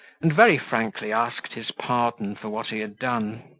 and very frankly asked his pardon for what he had done.